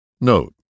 Note